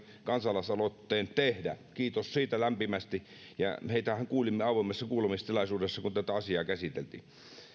kansalaisaloitteen tehdä kiitos siitä lämpimästi ja heitähän kuulimme avoimessa kuulemistilaisuudessa kun tätä asiaa käsiteltiin